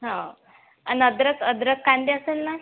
हा अन् अद्रक अद्रक कांदे असेल ना